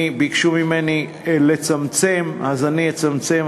ביקשו ממני לצמצם אז אני אצמצם.